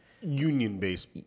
Union-based